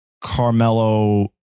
Carmelo